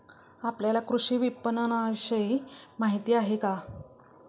आपल्याला कृषी विपणनविषयी माहिती आहे का?